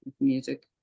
music